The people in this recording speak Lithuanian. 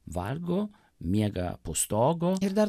valgo miega po stogu ir dar